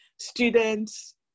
students